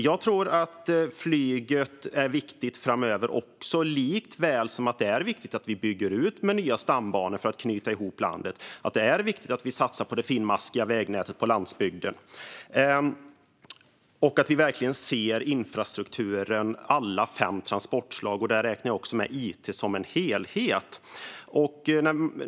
Jag tror att flyget är viktigt också framöver, liksom att det är viktigt att vi bygger ut med nya stambanor för att knyta ihop landet och att vi satsar på det finmaskiga vägnätet på landsbygden. Vi måste se infrastrukturen och alla fem transportslag - där räknar jag även med it - som en helhet.